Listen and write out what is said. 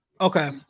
Okay